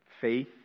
faith